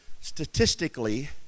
statistically